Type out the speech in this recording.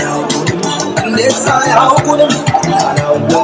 no no no